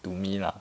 to me lah